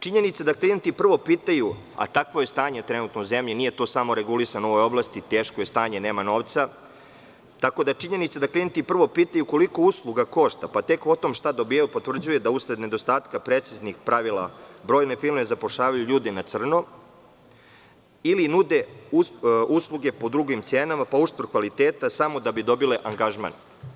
Činjenica da klijenti prvo pitaju, a takvo je stanje trenutno u zemlji, nije to samo regulisano u ovoj oblasti, teško je stanje, nema novca, koliko usluga košta, pa tek potom šta dobijaju, potvrđuje se da usled nedostatka preciznih pravila, brojne firme zapošljavaju ljude na crno ili nude usluge po drugim cenama samo da bi dobile angažman.